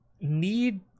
need